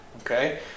Okay